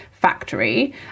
factory